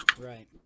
Right